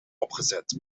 opgezet